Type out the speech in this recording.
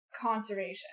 conservation